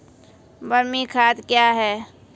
बरमी खाद कया हैं?